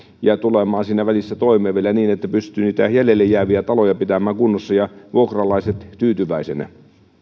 ja tulemaan siinä välissä toimeen vielä niin että pystyy niitä jäljelle jääviä taloja pitämään kunnossa ja vuokralaiset tyytyväisinä